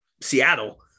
Seattle